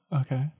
Okay